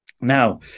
Now